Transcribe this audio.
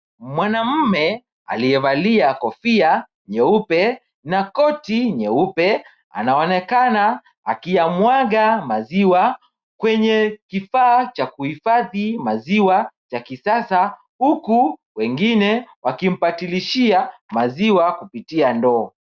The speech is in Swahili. Mwanamume aliyevalia kofia nyeupe na koti nyeupe, anaonekana akiyamwaga maziwa kwenye kifaa cha kuhifadhi maziwa cha kisasa, huku wengine wakimbadilishia maziwa kupitia ndoo.